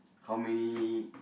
how many